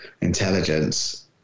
intelligence